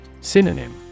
Synonym